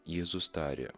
jėzus tarė